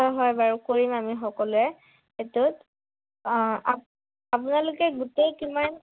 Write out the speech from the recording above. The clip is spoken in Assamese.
হয় হয় বাৰু কৰিম আমি সকলোৱে সেইটোত আপোনালোকে গোটেই কিমান